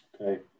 Okay